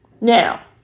Now